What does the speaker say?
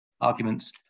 arguments